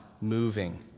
moving